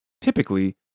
Typically